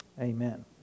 Amen